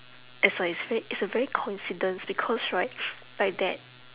as I said it's a very coincidence because right like that